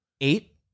eight